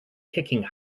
kicking